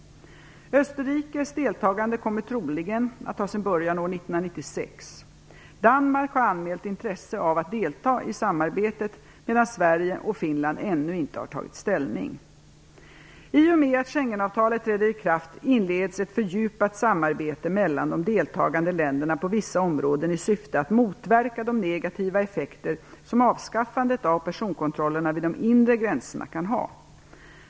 Österrikes deltagande kommer troligen att ta sin början år 1996. Danmark har anmält intresse av att delta i samarbetet, medan Sverige och Finland ännu inte har tagit ställning. I och med att Schengenavtalet träder i kraft inleds ett fördjupat samarbete mellan de deltagande länderna på vissa områden i syfte att motverka de negativa effekter som avskaffandet av personkontrollerna vid de inre gränserna kan ha.